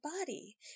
body